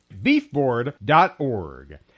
beefboard.org